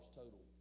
total